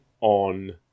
on